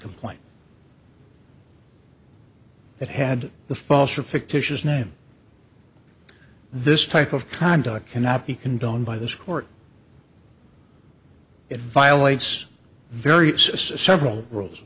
complaints it had the false or fictitious name this type of conduct cannot be condoned by this court it violates various a several rules